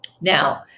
Now